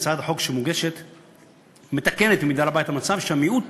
הצעת החוק מתקנת במידה רבה את המצב שבתוך המיעוט